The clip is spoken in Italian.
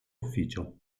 ufficio